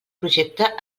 projecte